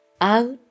out